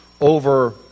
over